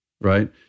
right